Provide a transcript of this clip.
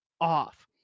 off